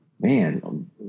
man